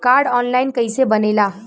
Card online कइसे बनेला?